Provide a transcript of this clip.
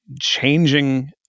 Changing